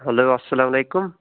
hello السَلام علیکُم